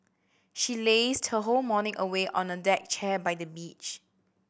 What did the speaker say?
she lazed her whole morning away on a deck chair by the beach